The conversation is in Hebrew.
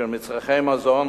של מצרכי מזון,